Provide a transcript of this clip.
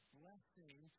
blessing